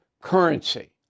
currency